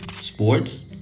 sports